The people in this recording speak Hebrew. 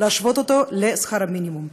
להשוות אותן לשכר המינימום.